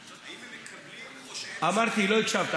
האם הם מקבלים או שהם צריכים, אמרתי, לא הקשבת.